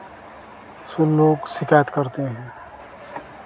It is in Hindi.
तो लोग शिकायत करते हैं